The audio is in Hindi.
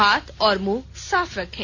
हाथ और मुंह साफ रखें